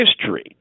history